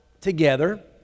together